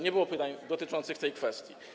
Nie było pytań dotyczących tej kwestii.